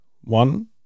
One